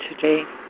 today